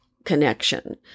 connection